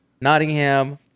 Nottingham